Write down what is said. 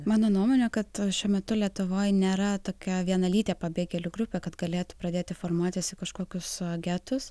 mano nuomone kad šiuo metu lietuvoj nėra tokia vienalytė pabėgėlių grupė kad galėtų pradėti formuotis kažkokius getus